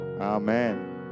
amen